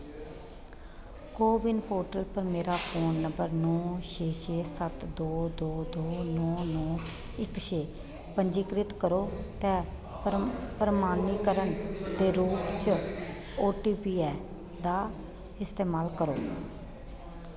CoWIN portal पर मेरा phone number नौ छे छे सत्त दो दो दो नौ नौ इक छे पंजीकृत करो ते प्र प्रमाणीकरण दे रूप च ओ टी पी ऐ दा इस्तमाल करो